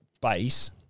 base